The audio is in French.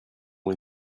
ont